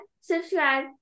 subscribe